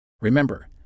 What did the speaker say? Remember